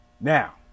Now